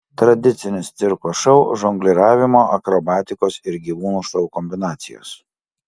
tradicinis cirko šou žongliravimo akrobatikos ir gyvūnų šou kombinacijos